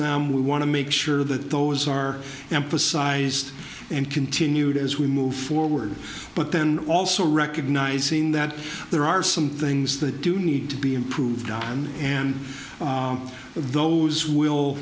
them we want to make sure that those are emphasized and continued as we move forward but then also recognizing that there are some things that do need to be improved on and those will